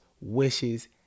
wishes